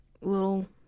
little